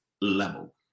level